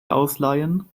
ausleihen